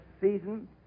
season